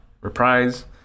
reprise